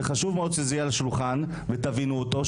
וחשוב מאוד שזה יהיה על השולחן ותבינו אותו,